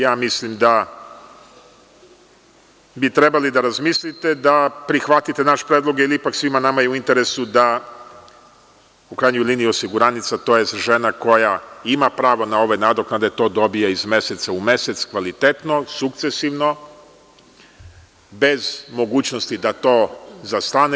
Ja mislim da bi trebali da razmislite da prihvatite naš predlog, jer je ipak svima nama u interesu da osiguranica, tj. žena koja ima pravo na ove nadoknade, to dobija iz meseca u mesec, kvalitetno, sukcesivno, bez mogućnosti da to zastane.